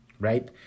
right